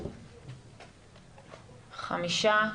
חמישה.